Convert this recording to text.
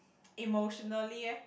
emotionally leh